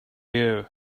you